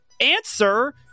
answer